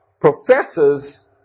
professors